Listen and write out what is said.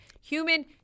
human